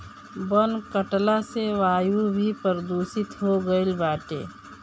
वन कटला से वायु भी प्रदूषित हो गईल बाटे